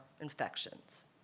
infections